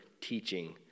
teaching